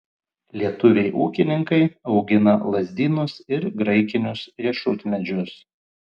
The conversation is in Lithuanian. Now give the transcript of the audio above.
lietuviai ūkininkai augina lazdynus ir graikinius riešutmedžius